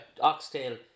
Oxtail